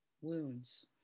Wounds